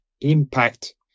impact